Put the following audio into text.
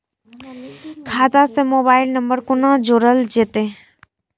खाता से mobile number कोना जोरल जेते?